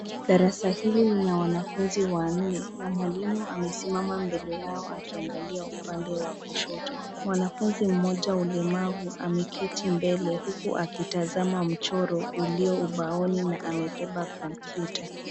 Darasa hili lina wanafunzi wanne na mwalimu amesimama mbele yao akiangalia upande wa kushoto. Mwanafuzi mmoja wa ulemavu ameketi mbele uku akitazama mchoro ulio ubaoni na amebeba kompyuta.